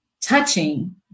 touching